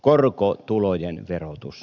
korkotulojen verotus